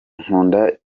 nkunda